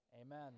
Amen